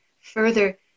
further